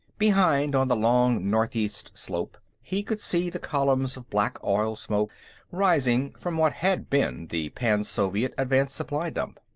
behind, on the long northeast slope, he could see the columns of black oil smoke rising from what had been the pan-soviet advance supply dump.